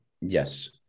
Yes